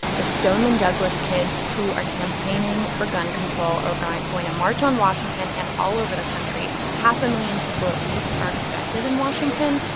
the stoneman douglas kids who are campaigning for gun control. yeah. are going going to march on washington and all over the country. half a million people, at least, are expected in washington.